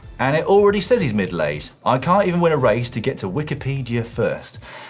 and it already says he's middle aged. i can't even win a race to get to wikipedia first.